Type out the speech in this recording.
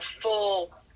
full